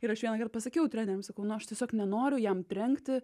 ir aš vienąkart pasakiau treneriam sakau nu aš tiesiog nenoriu jam trenkti